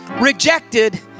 rejected